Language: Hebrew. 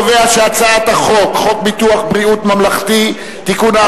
חוק ביטוח בריאות ממלכתי (תיקון,